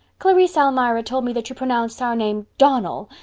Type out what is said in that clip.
clarice almira told me that you pronounced our name donnell.